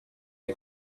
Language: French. est